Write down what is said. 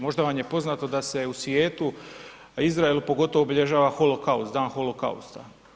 Možda vam je poznato da se u svijetu, Izraelu pogotovo obilježava holokaust, Dan holokausta.